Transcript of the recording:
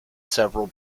several